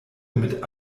mit